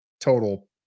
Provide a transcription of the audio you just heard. total